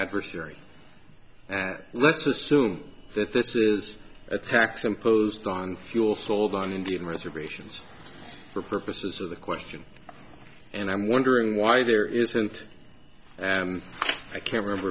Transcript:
adversary that let's assume that this is a tax imposed on fuel full of on indian reservations for purposes of the question and i'm wondering why there isn't i can't remember